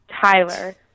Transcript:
tyler